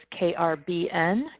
KRBN